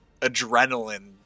adrenaline